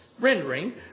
rendering